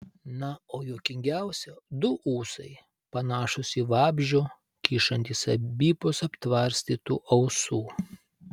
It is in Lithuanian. na o juokingiausia du ūsai panašūs į vabzdžio kyšantys abipus aptvarstytų ausų